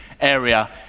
area